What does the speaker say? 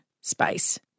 space